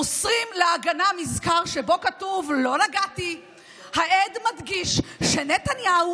מוסרים להגנה מזכר שבו כתוב לא נגעתי: העד מדגיש שנתניהו